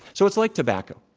so it's like tobacco.